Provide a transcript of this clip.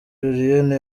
julienne